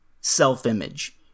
self-image